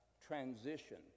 transition